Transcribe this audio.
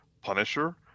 Punisher